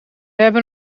hebben